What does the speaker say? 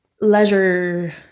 leisure